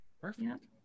perfect